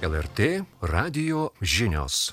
lrt radijo žinios